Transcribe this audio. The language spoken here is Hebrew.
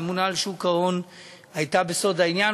הממונה על שוק ההון הייתה בסוד העניין,